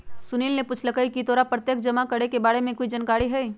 सुनील ने पूछकई की तोरा प्रत्यक्ष जमा के बारे में कोई जानकारी हई